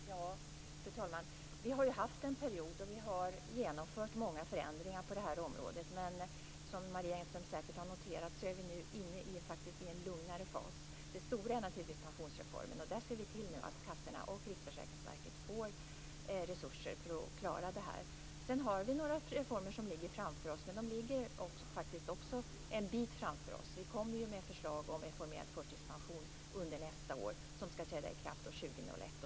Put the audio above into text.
Fru talman! Vi har ju haft en period då vi har genomfört många förändringar på det här området. Men som Marie Engström säkert har noterat är vi nu faktiskt inne i en lugnare fas. Det stora är naturligtvis pensionsreformen. Där ser vi nu till att kassorna och Riksförsäkringsverket får resurser för att klara det här. Sedan har vi några reformer som ligger framför oss. Men de ligger faktiskt också en bit framför oss. Vi kommer ju med ett förslag om reformerad förtidspension under nästa år som skall träda i kraft år 2001.